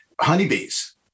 honeybees